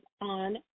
on